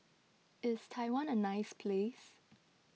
is Taiwan a nice place